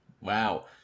wow